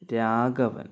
Raghavan